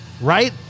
Right